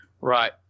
Right